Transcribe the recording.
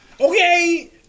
Okay